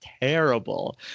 terrible